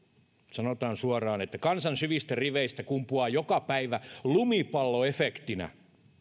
sanotaan suoraan että kansan syvistä riveistä kumpuaa joka päivä lumipalloefektinä